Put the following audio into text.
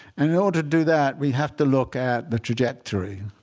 and in order to do that, we have to look at the trajectory.